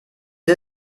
sie